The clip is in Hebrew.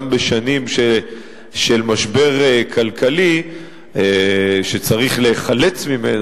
גם בשנים של משבר כלכלי שצריך להיחלץ ממנו,